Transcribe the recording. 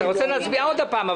אתה רוצה להצביע עוד פעם?